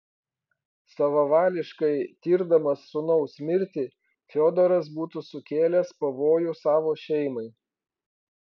savavališkai tirdamas sūnaus mirtį fiodoras būtų sukėlęs pavojų savo šeimai